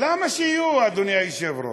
למה שיהיו, אדוני היושב-ראש?